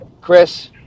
Chris